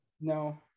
No